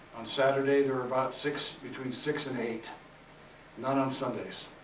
on saturday there are about six, between six and eight. none on sundays.